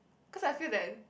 cause I feel that